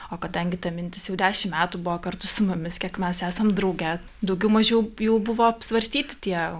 o kadangi ta mintis jau dešimt metų buvo kartu su mumis kiek mes esam drauge daugiau mažiau jau buvo apsvarstyti tie